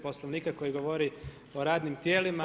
Poslovnika koji govori o radnim tijelima.